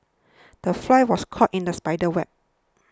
the fly was caught in the spider's web